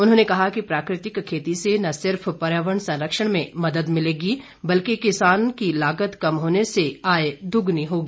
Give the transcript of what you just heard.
उन्होंने कहा कि प्रा कृतिक खेती से न सिर्फ पर्यावरण संरक्षण में मदद मिलेगी बल्कि किसान की लागत कम होने से आय दोग्नी होगी